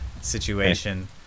situation